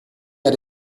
had